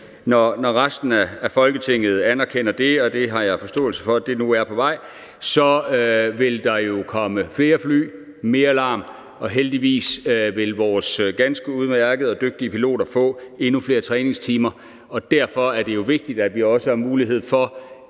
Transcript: når resten af Folketinget anerkender det – og det har jeg forståelse for nu er på vej – jo komme flere fly, mere larm, og heldigvis vil vores ganske udmærkede og dygtige piloter få endnu flere træningstimer. Og derfor er det jo vigtigt, at vi også har mulighed for